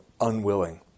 unwilling